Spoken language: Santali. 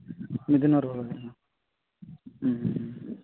ᱢᱤᱫ ᱫᱤᱱ ᱨᱮ ᱨᱩᱭᱟᱹᱲ ᱦᱩᱭᱩᱜᱼᱟ ᱦᱮᱸ ᱦᱮᱸ